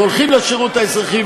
והולכים לשירות האזרחי,